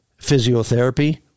physiotherapy